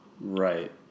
right